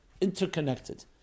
interconnected